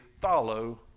follow